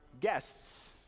guests